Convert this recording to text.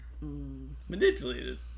Manipulated